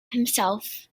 himself